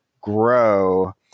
grow